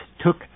took